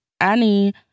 Annie